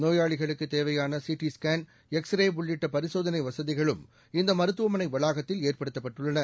நோயாளிகளுக்குத் தேவையான C T scan X ray உள்ளிட்ட பரிசோதனை வசதிகளும் இந்த மருத்துவமனை வளாகத்தில் ஏற்படுத்தப்பட்டுள்ளன